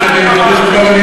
תת-רמה של דיון.